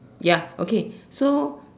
ya okay so